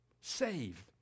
save